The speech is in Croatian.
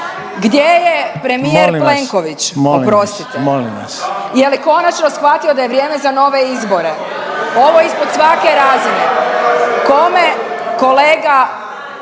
vas, molim vas./… oprostite. Je li konačno shvatio da je vrijeme za nove izbore? Ovo je ispod svake razine. Kome kolega